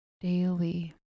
daily